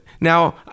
Now